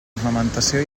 ornamentació